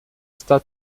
está